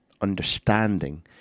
understanding